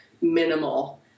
minimal